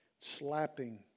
slapping